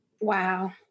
Wow